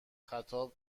خطاب